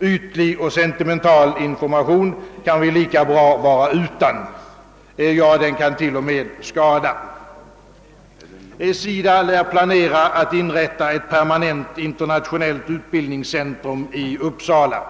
ytlig och sentimental information kan vi lika bra vara utan — ja, sådan information kan till och med skada. SIDA lär planera att inrätta ett permanent internationellt utbildningscent rum i Uppsala.